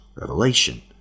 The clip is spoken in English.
Revelation